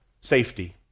safety